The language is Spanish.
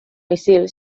misil